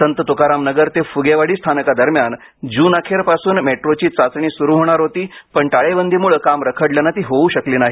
संत तुकाराम नगर ते फुगेवाडी स्थानकादरम्यान जूनअखेर पासून मेट्रोची चाचणी स़रू होणार होती पण टाळेबंदीम़ळे काम रखडल्यानं ती होऊ शकली नाही